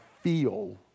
feel